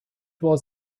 was